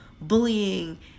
bullying